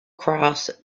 cross